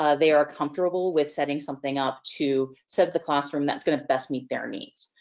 ah they are comfortable with setting something up to set the classroom that's gonna best meet their needs.